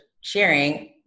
sharing